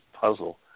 puzzle